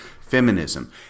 Feminism